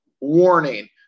Warning